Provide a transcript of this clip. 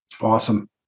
awesome